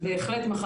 בהחלט,